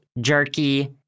jerky